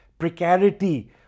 precarity